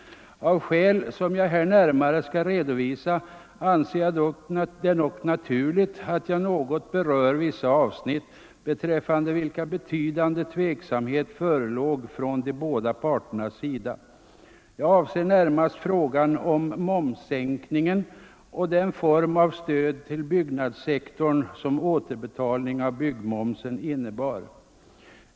Av skäl som jag här närmare skall redovisa anser jag det dock naturligt att något beröra vissa avsnitt, beträffande vilka betydande tveksamhet förelåg från båda parters sida. Jag avser närmast frågan om momssänkningen och den form av stöd till byggnadssektorn som återbetalning av byggmomsen innebär.